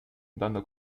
dando